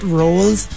roles